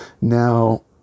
Now